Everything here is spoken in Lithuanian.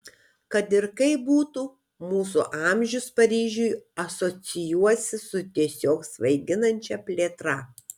kad ir kaip būtų mūsų amžius paryžiui asocijuosis su tiesiog svaiginančia plėtra